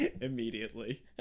immediately